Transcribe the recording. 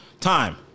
time